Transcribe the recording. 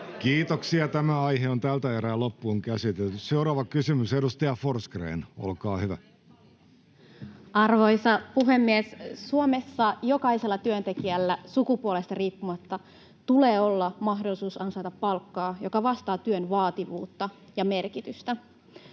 — Olkaa hyvä, ministeri Ikonen. Seuraava kysymys. — Edustaja Forsgrén, olkaa hyvä. Arvoisa puhemies! Suomessa jokaisella työntekijällä sukupuolesta riippumatta tulee olla mahdollisuus ansaita palkkaa, joka vastaa työn vaativuutta ja merkitystä.